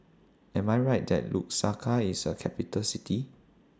Am I Right that Lusaka IS A Capital City